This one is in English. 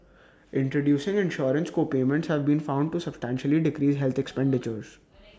introducing insurance co payments have been found to substantially decrease health expenditures